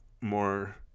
more